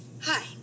Hi